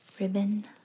ribbon